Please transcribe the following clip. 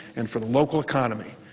and for the local economy.